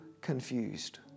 confused